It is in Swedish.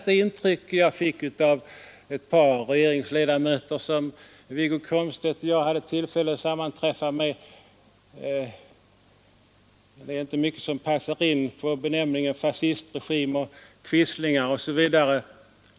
Det intryck jag fick av ett par regeringsledamöter som Wiggo Komstedt och jag hade tillfälle att sammanträffa med var gav klart vid handen att sådana benämningar som ”facistregim” och ”quislingar” inte passar in.